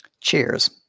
Cheers